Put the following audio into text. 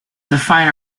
define